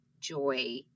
joy